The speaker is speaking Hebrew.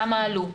כמה עלו.